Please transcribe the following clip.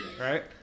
right